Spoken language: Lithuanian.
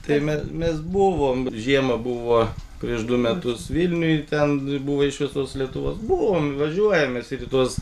tai me mes buvom žiemą buvo prieš du metus vilniuj ten buvo iš visos lietuvos buvom važiuojam mes ir į tuos